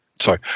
Sorry